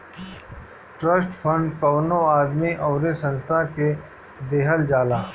trust fund कवनो आदमी अउरी संस्था के देहल जाला